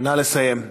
נא לסיים.